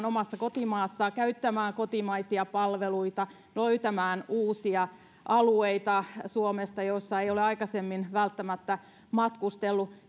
omassa kotimaassaan käyttämään kotimaisia palveluita löytämään suomesta uusia alueita joilla ei ole aikaisemmin välttämättä matkustellut